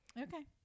Okay